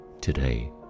today